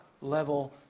level